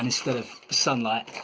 instead of sunlight,